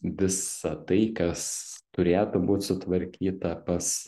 visa tai kas turėtų būt sutvarkyta pas